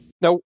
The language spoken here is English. Now